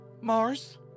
Mars